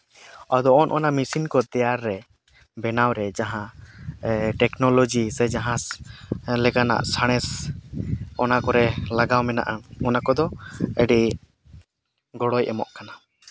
ᱟᱫᱚ ᱚᱱᱚᱱᱟ ᱠᱚ ᱢᱮᱥᱤᱱ ᱠᱚ ᱛᱮᱭᱟᱨ ᱨᱮ ᱵᱮᱱᱟᱣᱨᱮ ᱡᱟᱦᱟᱸ ᱴᱮᱠᱱᱳᱞᱚᱡᱤ ᱥᱮ ᱡᱟᱦᱟᱸ ᱞᱮᱠᱟᱱᱟᱜ ᱥᱟᱬᱮᱥ ᱚᱱᱟ ᱠᱚᱨᱮ ᱞᱟᱜᱟᱣ ᱢᱮᱱᱟᱜᱼᱟ ᱚᱱᱟ ᱠᱚᱫᱚ ᱟᱹᱰᱤ ᱜᱚᱲᱚᱭ ᱮᱢᱚᱜ ᱠᱟᱱᱟ